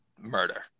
murder